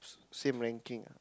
same ranking